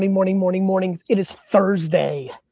morning, morning, morning. it is thursday,